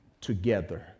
together